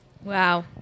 Wow